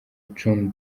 john